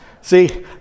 See